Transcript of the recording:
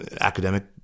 academic